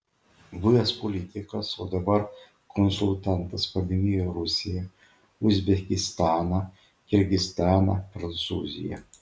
buvęs politikas o dabar konsultantas paminėjo rusiją uzbekistaną kirgizstaną prancūziją